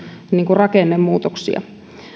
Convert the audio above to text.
rakennemuutoksia